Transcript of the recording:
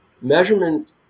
Measurement